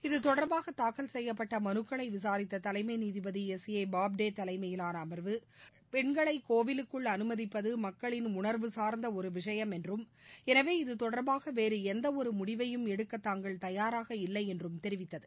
இது தொடர்பாக தாக்கல் செய்யப்பட்ட மனுக்களை விசாரித்த தலைமை நீதிபதி எஸ் ஏ பாப்டே தலைமையிலான அமர்வு பெண்களை கோவிலுக்குள் அனுமதிப்பது மக்களின் உணர்வு சார்ந்த ஒரு விஷயம் என்றும் எனவே இது தொடர்பாக வேறு எந்த ஒரு முடிவையும் எடுக்க தாங்கள் தயாராக இல்லை என்றும் தெரிவித்தது